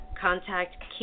Contact